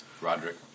Roderick